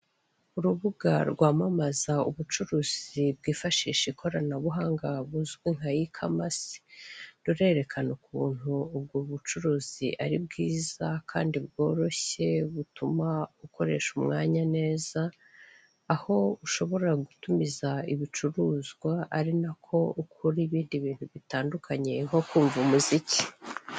Urubuga rwamamaza ubucuruzi bwifashisha ikoranabuhanga buzwi nka ikamasi, rurerekana ukuntu ubwo bucuruzi ari bwiza kandi bworoshye butuma ukoresha umwanya neza, aho ushobora gutumiza ibicuruzwa ari nako ukora ibindi bintu bitandukanye nko kumva umuziki.